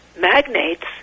magnates